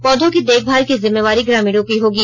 पौधों की देखभाल की जिम्मेवारी ग्रामीणों की होगी